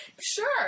Sure